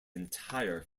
entire